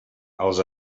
els